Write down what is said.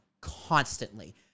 constantly